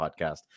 podcast